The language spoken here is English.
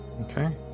okay